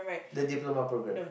the diploma program